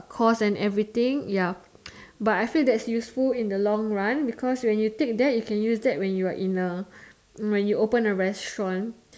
course and everything ya but I feel that is useful in the long run because when you take that you can use that when you in a when you open a restaurant